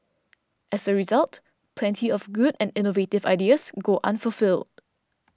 as a result plenty of good and innovative ideas go unfulfilled